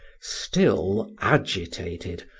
still agitated,